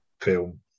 film